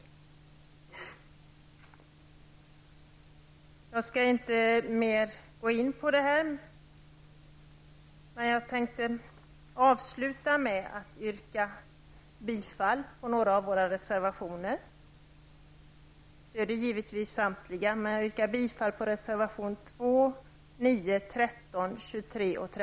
Jag skall inte mer gå in på det här, men jag vill avsluta med att yrka bifall till några av våra reservationer. Jag stöder givetvis samtliga dessa, men jag yrkar bifall till reservationerna 2, 9, 13, 23